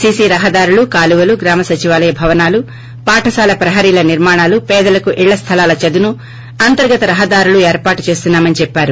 C C రహదారులు కాలువలు గ్రామసచివాలయ భవనాలు పాఠశాల ప్రహరీల నిర్మాణాలు పేదలకు ఇళ్లస్లాల చదును అంతర్గత రహదారులు ఎర్పాటు చేస్తున్నా మని చెప్పారు